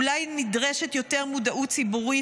אולי נדרשת יותר מודעות ציבורית,